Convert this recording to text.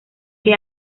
que